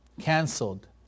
canceled